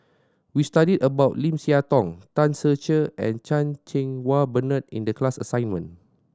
we studied about Lim Siah Tong Tan Ser Cher and Chan Cheng Wah Bernard in the class assignment